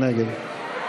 מי נגד?